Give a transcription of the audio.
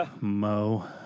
Mo